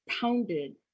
pounded